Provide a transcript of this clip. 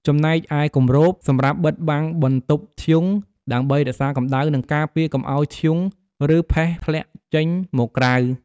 ចំណែកឯ គម្រប សម្រាប់បិទបាំងបន្ទប់ធ្យូង ដើម្បីរក្សាកម្ដៅ និងការពារកុំឲ្យធ្យូង ឬផេះធ្លាក់ចេញមកក្រៅ។